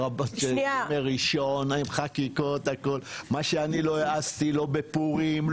--- מה שאני לא העזתי לא בפורים,